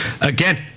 again